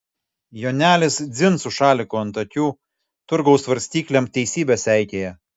jonelis dzin su šaliku ant akių turgaus svarstyklėm teisybę seikėja